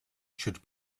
should